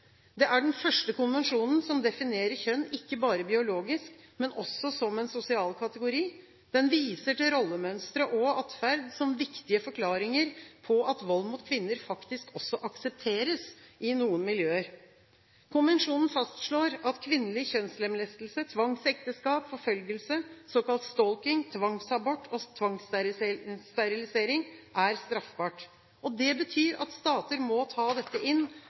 Det er den første konvensjonen som definerer kjønn – ikke bare biologisk, men også som en sosial kategori. Den viser til rollemønstre og -atferd som viktige forklaringer på at vold mot kvinner faktisk også aksepteres i noen miljøer. Konvensjonen fastslår at kvinnelig kjønnslemlestelse, tvangsekteskap, forfølgelse, såkalt «stalking», tvangsabort og tvangssterilisering er straffbart. Det betyr at stater må ta dette inn